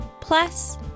Plus